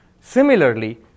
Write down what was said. Similarly